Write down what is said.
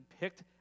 picked